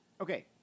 Okay